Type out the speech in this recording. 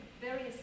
various